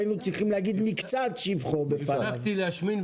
היינו צריכים להגיד מקצת שבחו בפניו.